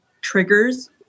triggers